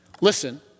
Listen